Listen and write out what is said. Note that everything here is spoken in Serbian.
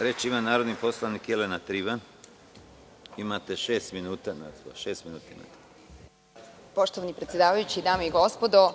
Reč ima narodni poslanik Jelena Trivan. Imate još šest minuta. **Jelena Trivan** Poštovani predsedavajući, dame i gospodo,